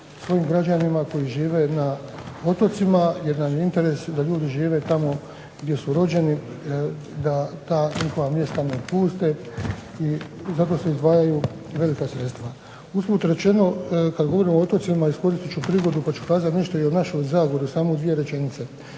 svim građanima koji žive na otocima jer nam je interes da ljudi žive tamo gdje su rođeni, da ta njihova mjesta ne napuste i zato se izdvajaju velika sredstva. Uz tu trećinu kad govorimo o otocima iskoristit ću prigodu pa ću kazat nešto i o našoj Zagori u samo dvije rečenice.